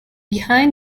behind